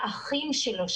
האחים שלו,